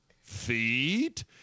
Feet